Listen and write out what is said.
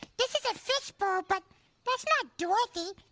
this is a fish bowl but that's not dorothy.